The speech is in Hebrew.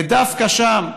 ודווקא שם המתיישבים,